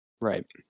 Right